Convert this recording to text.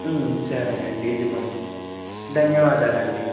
సరేనండి ఇదిగోండి ధన్యవాదాలండి